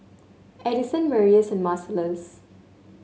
Addyson Marius and Marcellus